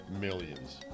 millions